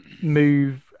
move